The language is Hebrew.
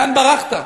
לאן ברחת?